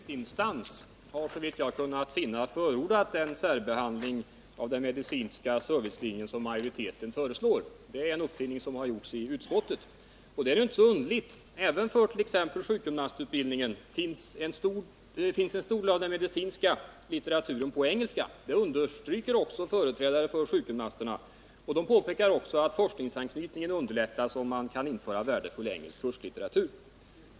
Herr talman! Ingen remissinstans har, såvitt jag kunnat finna, förordat den särbehandling av den medicinska servicelinjen som majoriteten föreslår. Det är en uppfinning som har gjorts i utskottet. Även för t.ex. sjukgymnastutbildningen är en stor del av den medicinska litteraturen på engelska. Det understryker också företrädare för sjukgymnasterna, och de påpekar även att forskningsanknytningen underlättas, om man kan införa värdefull engelsk kurslitteratur.